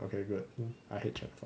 okay good I hate channel five